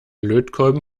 lötkolben